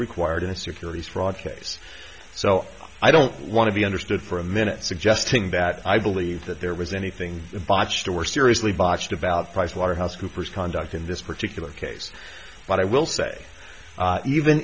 required in a securities fraud case so i don't want to be understood for a minute suggesting that i believe that there was anything botched or seriously botched about pricewaterhouse coopers conduct in this particular case but i will say even